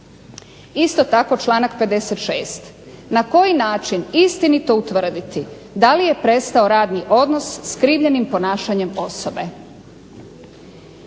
Isto tako članak 56. na koji način istinito utvrditi da li je prestao radni odnos skrvljenim ponašanjem osobe?